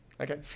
Okay